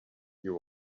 you